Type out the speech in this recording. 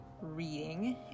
reading